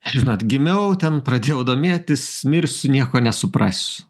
žinot gimiau ten pradėjau domėtis mirsiu nieko nesupras